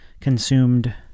consumed